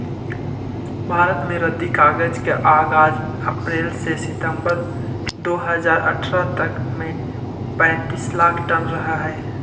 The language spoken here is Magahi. भारत में रद्दी कागज के आगाज अप्रेल से सितम्बर दो हज़ार अट्ठरह तक में पैंतीस लाख टन रहऽ हई